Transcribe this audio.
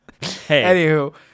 Anywho